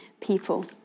people